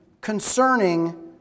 concerning